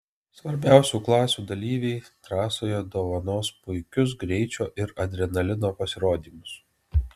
svarbiausių klasių dalyviai trasoje dovanos puikius greičio ir adrenalino pasirodymus